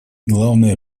главная